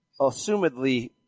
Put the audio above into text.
Assumedly